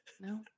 no